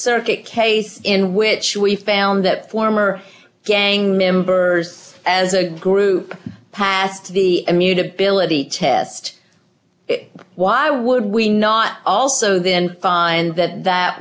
circuit case in which we found that former gang members as a group passed the immutability test it why would we not also then find that